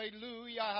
Hallelujah